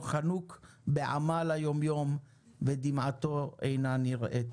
חנוק בעמל היום-יום ודמעתו אינה נראית.